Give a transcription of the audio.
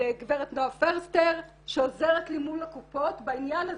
לגברת נעה פרסטר שעוזרת לי מול הקופות בעניין הזה.